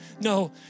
no